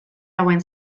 hauen